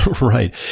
Right